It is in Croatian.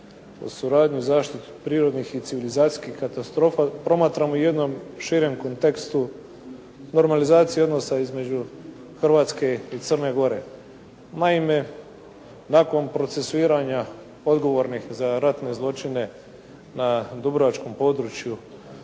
o suradnji i zaštiti prirodnih i civilizacijskih katastrofa promatramo u jednom širem kontekstu normalizacije odnosa između Hrvatske i Crne Gore. Naime, nakon procesuiranja odgovornih za ratne zločine na dubrovačkom području,